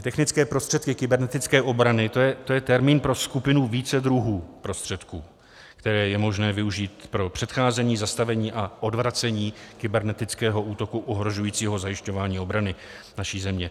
Technické prostředky kybernetické obrany, to je termín pro skupinu více druhů prostředků, které je možné využít pro předcházení, zastavení a odvracení kybernetického útoku ohrožujícího zajišťování obrany naší země.